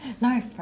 No